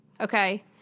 Okay